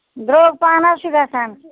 درٛۅگ پَہم حظ چھُ گژھان